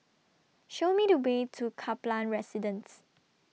Show Me The Way to Kaplan Residence